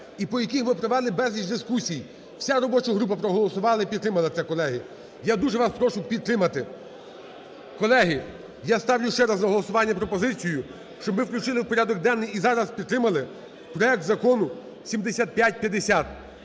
і по яких ми провели безліч дискусій. Вся робоча група проголосувала і підтримала це, колеги. Я дуже вас прошу підтримати. Колеги, я ставлю ще раз на голосування пропозицію, щоб ми включили в порядок денний і зараз підтримали проект закону 7550.